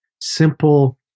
simple